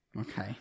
Okay